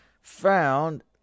found